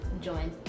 join